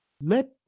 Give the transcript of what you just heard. let